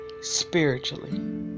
spiritually